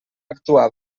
actuar